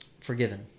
forgiven